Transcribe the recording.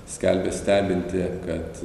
skelbia stebinti kad